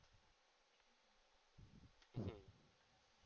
mm